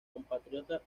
compatriota